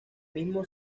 mismo